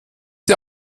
sie